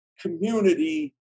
community